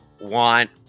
want